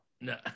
No